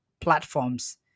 platforms